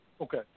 Okay